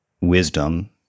wisdom